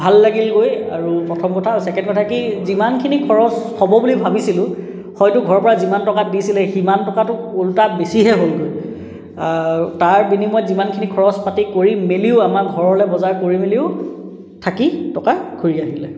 ভাল লাগিল গৈ আৰু প্ৰথম কথা আৰু ছেকেণ্ড কথা কি যিমানখিনি খৰচ হ'ব বুলি ভাবিছিলোঁ হয়তো ঘৰৰ পৰা যিমান টকা দিছিল সিমান টকাটো ওলোটা বেছিহে হ'লগৈ তাৰ বিনিময়ত যিমানখিনি খৰচ পাতি কৰি মেলিও আমাৰ ঘৰলৈ বজাৰ কৰি মেলিও থাকি টকা ঘূৰি আহিলে